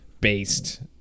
based